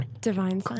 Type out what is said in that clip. Divine